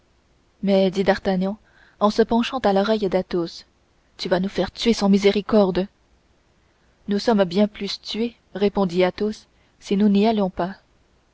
mais dit d'artagnan en se penchant à l'oreille d'athos tu vas nous faire tuer sans miséricorde nous sommes bien plus tués répondit athos si nous n'y allons pas